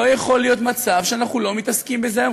לא יכול להיות מצב שאנחנו לא מתעסקים בזה היום.